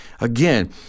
again